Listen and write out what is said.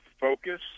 Focus